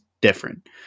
different